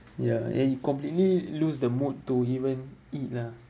ya and you completely lose the mood to even eat lah